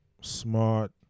smart